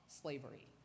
slavery